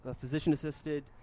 physician-assisted